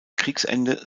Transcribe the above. kriegsende